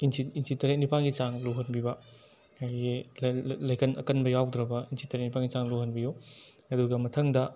ꯏꯟꯆꯤ ꯇꯔꯦꯠ ꯅꯤꯄꯥꯜꯒꯤ ꯆꯥꯡ ꯂꯨꯍꯟꯕꯤꯕ ꯑꯗꯒꯤ ꯂꯩꯀꯟ ꯑꯀꯟꯕ ꯌꯥꯎꯗ꯭ꯔꯕ ꯏꯟꯆꯤ ꯇꯔꯦꯠ ꯅꯤꯄꯥꯜꯒꯤ ꯆꯥꯡ ꯂꯨꯍꯟꯕꯤꯎ ꯑꯗꯨꯒ ꯃꯊꯪꯗ